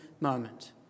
moment